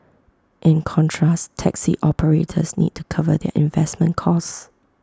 in contrast taxi operators need to cover their investment costs